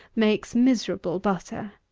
makes miserable butter.